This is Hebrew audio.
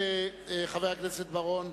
חבר הכנסת בר-און,